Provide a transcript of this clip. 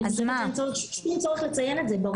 אין צורך לציין את זה, ברור.